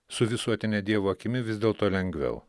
su visuotine dievo akimi vis dėl to lengviau